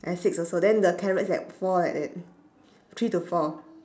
I have six also then the carrots have four like that three to four